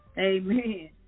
Amen